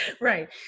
Right